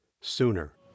sooner